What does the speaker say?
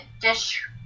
dish